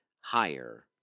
higher